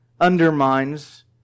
undermines